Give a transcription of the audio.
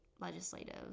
legislative